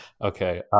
okay